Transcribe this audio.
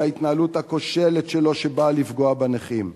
ההתנהלות הכושלת שלו שבאה לפגוע בנכים,